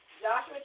Joshua